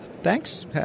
Thanks